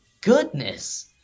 goodness